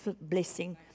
blessing